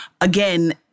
again